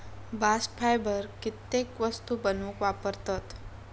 bast fibre कित्येक वस्तू बनवूक वापरतत